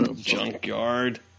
junkyard